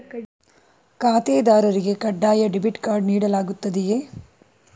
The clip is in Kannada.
ಖಾತೆದಾರರಿಗೆ ಕಡ್ಡಾಯ ಡೆಬಿಟ್ ಕಾರ್ಡ್ ನೀಡಲಾಗುತ್ತದೆಯೇ?